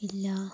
ഇല്ല